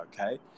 okay